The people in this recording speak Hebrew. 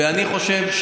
ואני חושב,